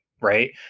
right